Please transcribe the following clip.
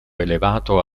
elevato